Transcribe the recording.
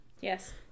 Yes